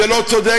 זה לא צודק,